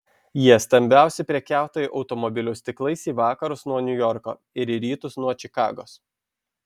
jie stambiausi prekiautojai automobilių stiklais į vakarus nuo niujorko ir į rytus nuo čikagos